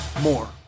more